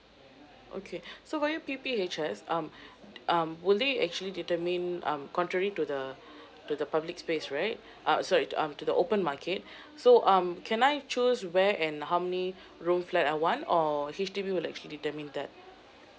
okay so going P_P_H_S um um will they actually determine um contrary to the to the public space right uh sorry um to the open market so um can I choose where and how many room flat I want or H_D_B will actually determine that